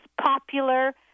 popular